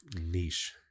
niche